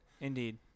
Indeed